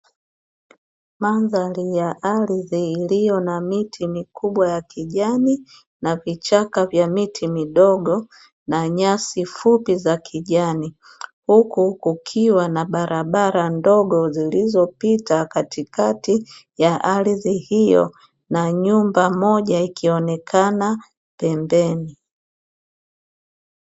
Mandhari ya ardhi iliyo na miti mikubwa ya kijani na vichaka vya miti midogo na nyasi fupi za kijani. huku kukiwa na barabara ndogo zilizopita katikati ya ardhi hiyo na nyumba moja ikionekana pembeni.